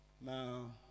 Now